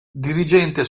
dirigente